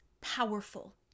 powerful